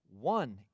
one